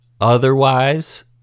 Otherwise